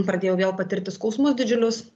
pradėjau vėl patirti skausmus didžiulius